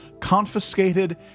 confiscated